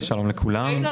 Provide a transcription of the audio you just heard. כמו